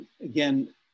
Again